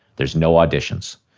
there's no auditions.